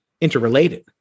interrelated